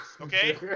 Okay